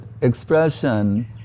expression